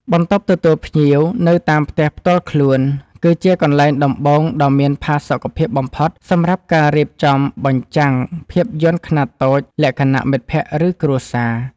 បន្ទប់ទទួលភ្ញៀវនៅតាមផ្ទះផ្ទាល់ខ្លួន គឺជាកន្លែងដំបូងដ៏មានផាសុកភាពបំផុត សម្រាប់ការរៀបចំបញ្ចាំងភាពយន្តខ្នាតតូចលក្ខណៈមិត្តភក្តិ ឬគ្រួសារ។